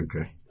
okay